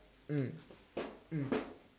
mm mm